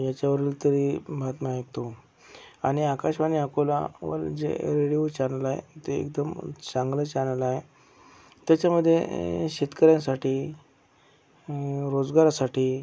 याच्यावरील तरी बातम्या ऐकतो आणि आकाशवाणी अकोलावर जे रेडिओ चॅनल आहे ते एकदम चांगलं चॅनल आहे त्याच्यामध्ये शेतकऱ्यांसाठी रोजगारासाठी